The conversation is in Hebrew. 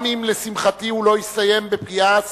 גם אם לשמחתי הוא לא הסתיים בפגיעה